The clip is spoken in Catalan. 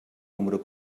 número